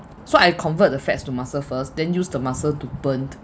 so I convert the fats to muscle first then use the muscle to burn